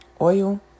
oil